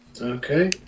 Okay